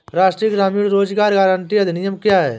राष्ट्रीय ग्रामीण रोज़गार गारंटी अधिनियम क्या है?